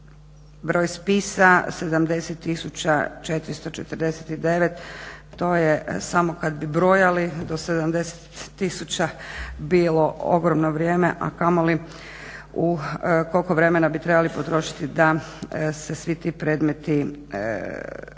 Broj spisa 70449, to je samo kad bi brojali do 70000 bilo ogromno vrijeme, a kamoli koliko vremena bi trebali potrošiti da se svi ti predmeti efikasno